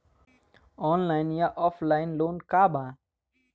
Online या offline loan का बा?